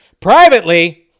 Privately